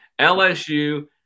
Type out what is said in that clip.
LSU